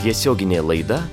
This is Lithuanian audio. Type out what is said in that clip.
tiesioginė laida